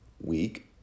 week